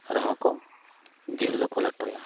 ᱨᱮᱦᱚᱸ ᱠᱚ ᱡᱤᱞ ᱫᱚᱠᱚ ᱞᱮᱴᱚᱭᱟ